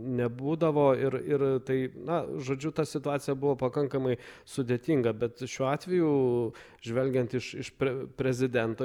nebūdavo ir ir tai na žodžiu ta situacija buvo pakankamai sudėtinga bet šiuo atveju žvelgiant iš iš pre prezidento